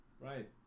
right